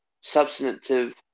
substantive